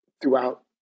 throughout